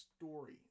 story